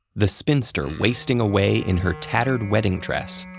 the spinster wasting away in her tattered wedding dress.